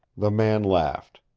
the man laughed.